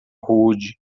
rude